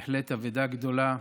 בהחלט אבדה גדולה,